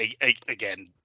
again